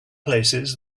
places